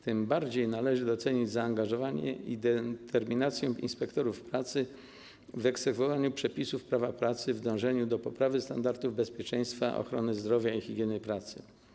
Tym bardziej należy docenić zaangażowanie i determinację inspektorów pracy w egzekwowaniu przepisów Prawa pracy, w dążeniu do poprawy standardów bezpieczeństwa, ochrony zdrowia i higieny pracy.